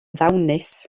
ddawnus